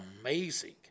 amazing